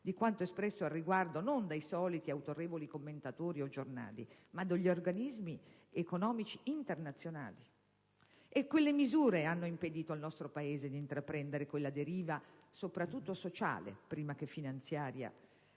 di quanto espresso al riguardo non dai soliti "autorevoli" commentatori o giornali, ma dagli organismi economici internazionali. Quelle misure hanno impedito al nostro Paese di intraprendere quella deriva, soprattutto sociale, prima che finanziaria,